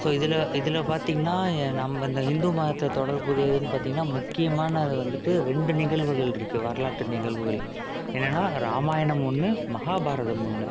so இதில் இதில் பார்த்தீங்கன்னா என் நம்ம இந்த ஹிந்து மதத்தை தொடர்புடையதுன்னு பார்த்தீங்கன்னா முக்கியமானது வந்துட்டு ரெண்டு நிகழ்வுகள் இருக்குது வரலாற்று நிகழ்வுகள் என்னென்னால் ராமாயணம் ஒன்று மஹாபாரதம் ஒன்று